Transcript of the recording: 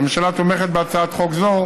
הממשלה תומכת בהצעת חוק זו,